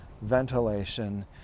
ventilation